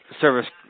service